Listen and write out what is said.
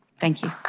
thank you.